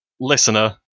listener